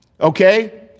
Okay